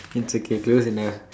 it's okay close enough